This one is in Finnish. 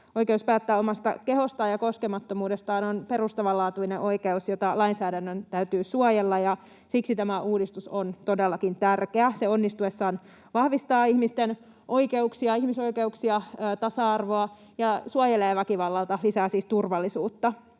Oikeus päättää omasta kehostaan ja koskemattomuudestaan on perustavanlaatuinen oikeus, jota lainsäädännön täytyy suojella, ja siksi tämä uudistus on todellakin tärkeä. Onnistuessaan se vahvistaa ihmisten oikeuksia, — ihmisoikeuksia, tasa-arvoa — ja suojelee väkivallalta, lisää siis turvallisuutta.